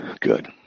Good